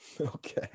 Okay